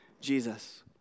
Jesus